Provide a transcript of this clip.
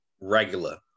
regular